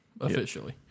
officially